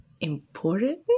important